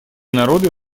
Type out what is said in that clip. народы